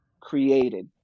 created